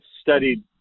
studied